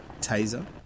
taser